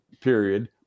period